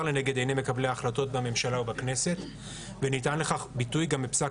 נגד עיני מקבלי ההחלטות בממשלה ובכנסת וניתן לכך גם ביטוי בפסק